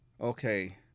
okay